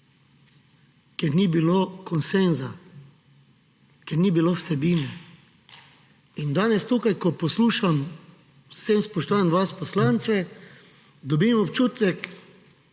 kjer ni bilo konsenza, kjer ni bilo vsebine. In danes tukaj, ko poslušam, z vsem spoštovanjem, vas, poslance, dobim občutek